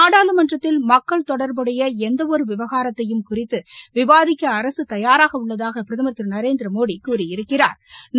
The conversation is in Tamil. நாடாளுமன்றத்தில் மக்கள் தொடர்புடைய எந்த ஒரு விவகாரத்தையும் குறித்து விவாதிக்க அரசு தயாராக உள்ளதாக பிரதமா் திரு நரேந்திரமோடி கூறியிருக்கிறாா்